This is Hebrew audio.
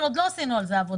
אבל עוד לא עשינו על זה עבודה,